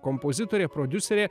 kompozitorė prodiuserė